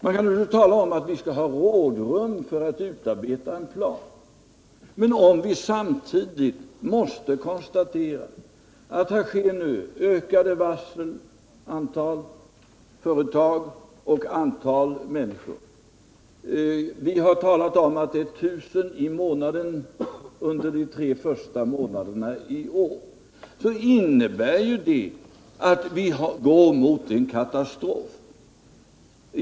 Man kan nu tala om att vi skall ha rådrum för att utarbeta en plan. Men samtidigt måste vi konstatera att här sker ökade varsel som gäller allt fler företag och människor. Vi har talat om att det gäller 1 000 personer i månaden under de tre första månaderna i år. Detta innebär ju att vi går mot en katastrof.